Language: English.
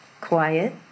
quiet